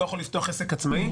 לא יכול לפתוח עסק עצמאי.